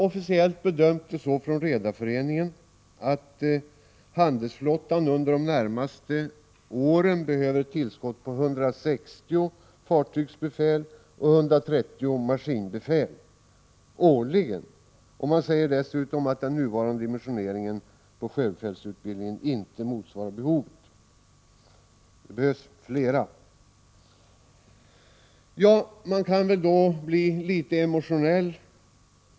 Officiellt har Redareföreningen bedömt att handelsflottan under de närmaste åren behöver ett tillskott på 160 fartygsbefäl och 130 maskinbefäl årligen, och man säger dessutom att den nuvarande dimensioneringen på sjöbefälsutbildningen inte ens motsvarar det behovet. Man kan lätt bli litet emotionell.